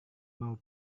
mau